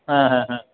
হ্যাঁ হ্যাঁ হ্যাঁ